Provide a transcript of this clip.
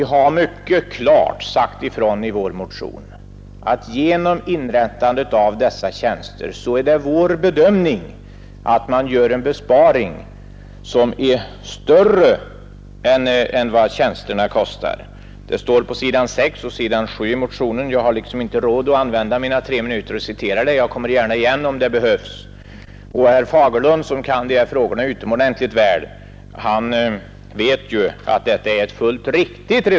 Vi har mycket klart sagt ifrån i vår motion att vi bedömer saken så att man bara genom inrättandet av dessa tjänster gör en besparing, som är större än vad tjänsterna kostar. Vi har skrivit om detta på s. 6 och 7 i motionen. Jag hinner inte på de tre minuter jag har till förfogande citera detta, men jag återkommer gärna om det behövs. Herr Fagerlund, som kan dessa frågor utomordentligt väl, vet ju att vårt resonemang är fullt riktigt.